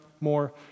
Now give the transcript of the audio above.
more